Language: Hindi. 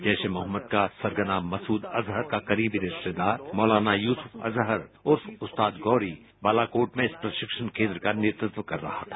जैश ए मोहम्मद का सरगना मसूद अजहर का करीबी रिश्तेदार मौलाना युसूफ अजहर उर्फ उस्ताद गौरी बालाकोट में इस प्रशिक्षण केंद्र का नेतृत्व कर रहा था